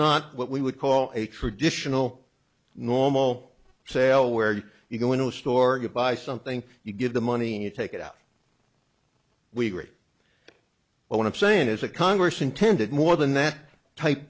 not what we would call a traditional normal sale where you go into a store buy something you give the money and you take it out we agree well what i'm saying is a congress intended more than that type